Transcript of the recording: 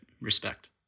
respect